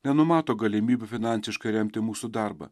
nenumato galimybių finansiškai remti mūsų darbą